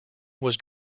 was